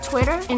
Twitter